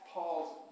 Paul's